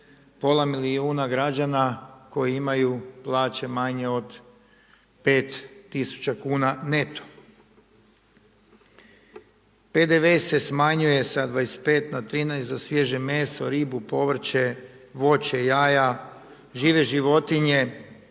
pola milijuna građana koji imaju plaće manje od 5000 kuna neto. PDV se smanjuje sa 25 na 13 za svježe meso, ribu, povrće, voće, jaja, žive životinje